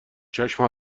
چشم